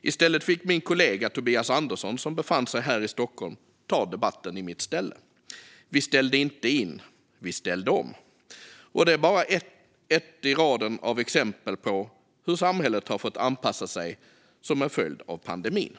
I stället fick min kollega Tobias Andersson, som befann sig här i Stockholm, ta debatten i mitt ställe. Vi ställde inte in - vi ställde om. Det är bara ett i raden av exempel på hur samhället har fått anpassa sig som en följd av pandemin.